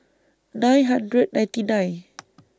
nine hundred ninety nine